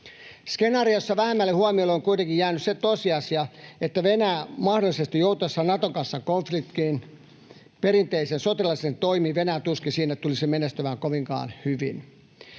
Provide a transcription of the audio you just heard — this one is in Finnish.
Skenaariossa vähemmälle huomiolle on kuitenkin jäänyt se tosiasia, että Venäjän mahdollisesti joutuessa Naton kanssa konfliktiin perinteisin sotilaallisin toimin Venäjä tuskin siinä tulisi menestymään kovinkaan hyvin.